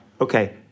Okay